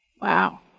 Wow